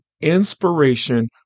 inspiration